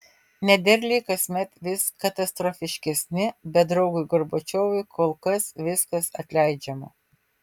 nederliai kasmet vis katastrofiškesni bet draugui gorbačiovui kol kas viskas atleidžiama